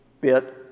bit